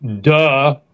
Duh